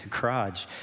garage